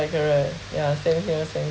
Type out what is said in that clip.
that's correct yeah same here same